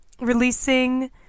releasing